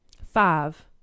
five